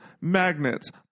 magnets